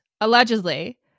allegedly